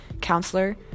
counselor